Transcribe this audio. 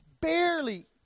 barely